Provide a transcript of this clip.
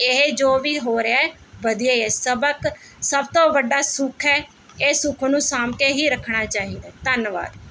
ਇਹ ਜੋ ਵੀ ਹੋ ਰਿਹਾ ਹੈ ਵਧੀਆ ਹੀ ਹੈ ਸਬਕ ਸਭ ਤੋਂ ਵੱਡਾ ਸੁੱਖ ਹੈ ਇਹ ਸੁੱਖ ਨੂੰ ਸਾਂਭ ਕੇ ਹੀ ਰੱਖਣਾ ਚਾਹੀਦਾ ਹੈ ਧੰਨਵਾਦ